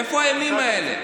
איפה הימים האלה?